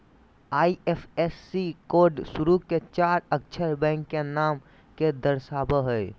IFSC code शुरू के चार अक्षर बैंक के नाम के दर्शावो हइ